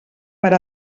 per